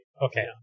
Okay